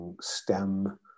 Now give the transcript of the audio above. stem